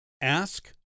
ask